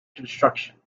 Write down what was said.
construction